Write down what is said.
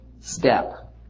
step